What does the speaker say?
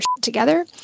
Together